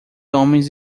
homens